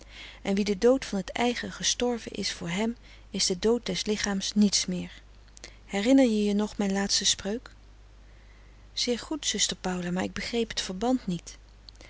en wie de dood van het eigen gestorven is voor hem is de dood des lichaams niets meer herinner je je nog mijn laatste spreuk zeer goed zuster paula maar ik begreep t verband niet